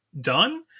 done